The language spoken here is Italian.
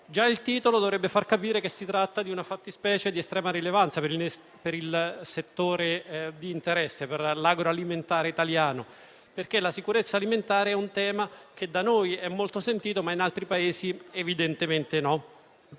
Già il titolo dovrebbe far capire che si tratta di una fattispecie di estrema rilevanza per il settore di interesse, l'agroalimentare italiano, perché la sicurezza alimentare è un tema che da noi è molto sentito, ma in altri Paesi evidentemente no.